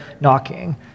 knocking